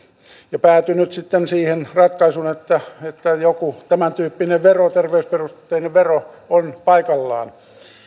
ja päätynyt sitten siihen ratkaisuun että joku tämäntyyppinen vero terveysperusteinen vero on paikallaan